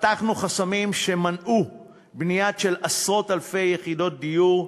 פתחנו חסמים שמנעו בנייה של עשרות אלפי יחידות דיור,